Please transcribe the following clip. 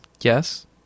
Yes